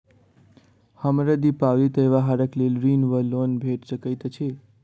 हमरा दिपावली त्योहारक लेल ऋण वा लोन भेट सकैत अछि?